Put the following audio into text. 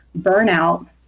burnout